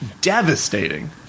devastating